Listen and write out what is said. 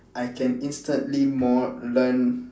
I can instantly more learn